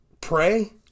pray